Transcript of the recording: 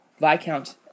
Viscount